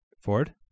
Ford